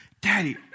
daddy